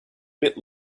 bit